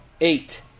Eight